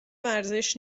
ورزش